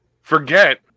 Forget